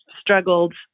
struggled